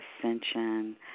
ascension